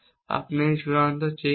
আপনি এই চূড়ান্ত চেক আছে